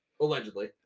Allegedly